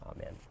Amen